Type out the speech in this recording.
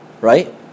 right